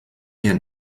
ihren